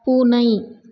பூனை